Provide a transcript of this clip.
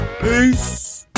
Peace